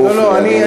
אם, לא, לא.